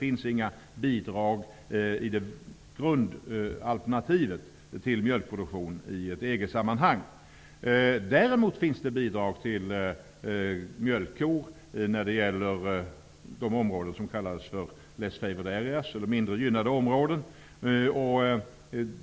I grundalternativet finns inget bidrag till mjölkproduktion. Däremot finns det bidrag till mjölkkor i de områden som kallas ''less favoured areas'', eller mindre gynnade områden.